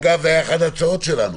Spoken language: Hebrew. אגב, זו היתה אחת ההצעות שלנו.